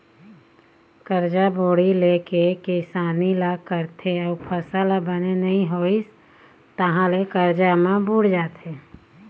करजा बोड़ी ले के किसानी ल करथे अउ फसल ह बने नइ होइस तहाँ ले करजा म बूड़ जाथे